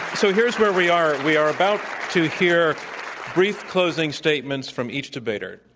so here's where we are. we are about to hear brief closing statements from each debater.